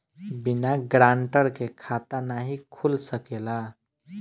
बिना गारंटर के खाता नाहीं खुल सकेला?